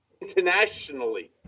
internationally